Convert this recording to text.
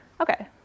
Okay